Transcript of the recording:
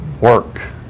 work